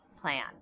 plan